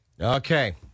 Okay